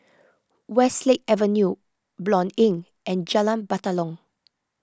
Westlake Avenue Blanc Inn and Jalan Batalong